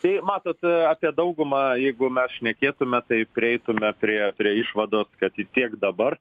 tai matot apie daugumą jeigu mes šnekėtume tai prieitume prie prie išvados kad vis tiek dabar